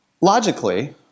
logically